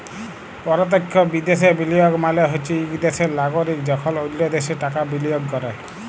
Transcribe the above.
পরতখ্য বিদ্যাশে বিলিয়গ মালে হছে ইক দ্যাশের লাগরিক যখল অল্য দ্যাশে টাকা বিলিয়গ ক্যরে